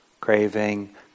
craving